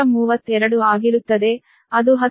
8132 ಆಗಿರುತ್ತದೆ ಅದು 10